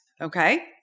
okay